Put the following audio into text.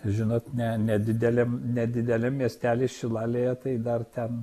žinot ne nedideliam nedideliam miestely šilalėje tai dar ten